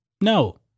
No